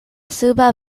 suba